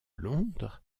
londres